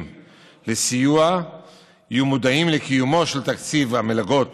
לסיוע יהיו מודעים לקיומו של תקציב המלגות